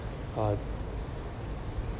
uh